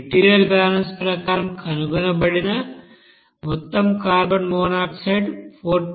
material balance ప్రకారం కనుగొనబడిన మొత్తం కార్బన్ మోనాక్సైడ్ 46